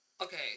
okay